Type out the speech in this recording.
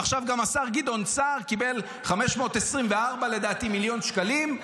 ועכשיו גם השר גדעון סער קיבל לדעתי 524 מיליון שקלים.